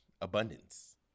abundance